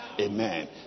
amen